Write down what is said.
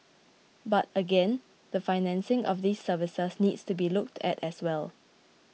but again the financing of these services needs to be looked at as well